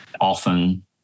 Often